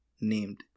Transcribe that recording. named